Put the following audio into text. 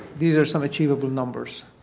these are some achievable numbers.